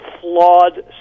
flawed